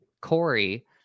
Corey